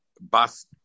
Bas